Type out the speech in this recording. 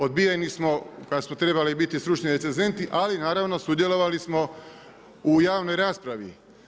Odbijeni smo kad smo trebali biti stručni recenzenti, ali, naravno, sudjelovali smo u javnoj raspravi.